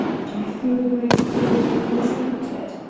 do you feel a great deal of remorse about it?